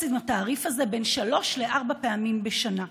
עם התעריף הזה בין שלוש לארבע פעמים בשנה.